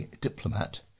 diplomat